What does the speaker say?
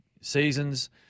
seasons